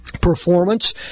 performance